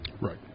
Right